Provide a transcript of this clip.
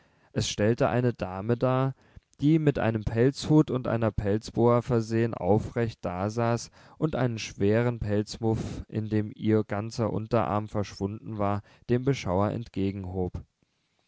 es stellte eine dame dar die mit einem pelzhut und einer pelzboa versehen aufrecht dasaß und einen schweren pelzmuff in dem ihr ganzer unterarm verschwunden war dem beschauer entgegenhob